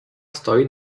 stoi